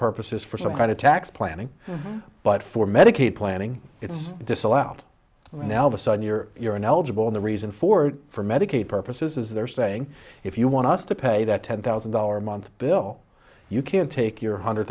purposes for some kind of tax planning but for medicaid planning it's disallowed now of a sudden you're you're an eligible and the reason for for medicaid purposes is they're saying if you want us to pay that ten thousand dollars a month bill you can take your hundred